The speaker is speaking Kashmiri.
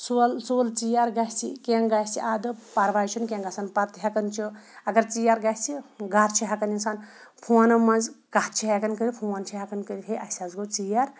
سۄل سُل ژیر گژھِ کینٛہہ گژھِ اَدٕ پرواے چھُنہٕ کینٛہہ گژھان پَتہٕ ہٮ۪کان چھِ اگر ژیر گژھِ گَرٕ چھِ ہٮ۪کان اِنسان فونَو منٛز کَتھ چھِ ہٮ۪کان کٔرِتھ فون چھِ ہٮ۪کان کٔرِتھ ہے اَسہِ حظ گوٚو ژیر